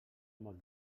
molt